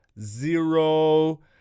zero